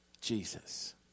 Jesus